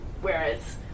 whereas